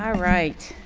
um right.